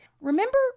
Remember